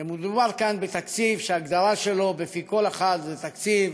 שמדובר כאן בתקציב שההגדרה שלו בפי כל אחד זה תקציב,